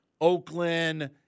Oakland